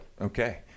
Okay